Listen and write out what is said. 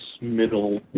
middle